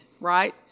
right